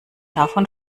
davon